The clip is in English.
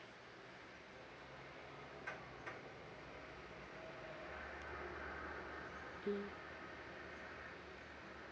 mm